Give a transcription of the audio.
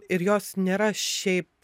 ir jos nėra šiaip